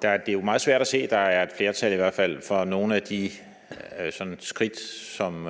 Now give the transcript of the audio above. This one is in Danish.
hvert fald meget svært at se, at der er et flertal for nogle af de skridt, som